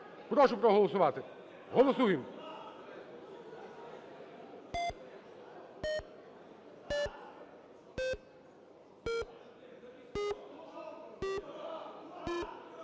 Прошу проголосувати. Голосуємо.